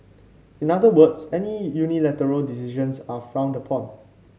in other words any unilateral decisions are frowned upon